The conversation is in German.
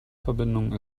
verbindung